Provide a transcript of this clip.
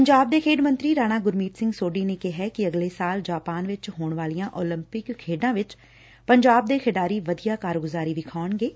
ਪੰਜਾਬ ਦੇ ਖੇਡ ਮੰਤਰੀ ਰਾਣਾ ਗੁਰਮੀਤ ਸਿੰਘ ਸੋਢੀ ਨੇ ਕਿਹਾ ਕਿ ਅਗਲੇ ਸਾਲ ਜਾਪਾਨ ਵਿਚ ਹੋਣ ਵਾਲੀਆਂ ਉਲੰਪਿਕ ਖੇਡਾਂ ਵਿਚ ਪੰਜਾਬ ਦੇ ਖਿਡਾਰੀ ਵਧੀਆ ਕਾਰਗੁਜ਼ਾਰੀ ਵਿਖਾਉਣਗੇ